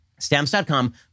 Stamps.com